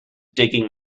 digging